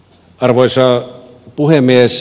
arvoisa puhemies